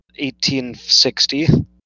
1860